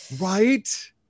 right